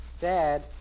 Dad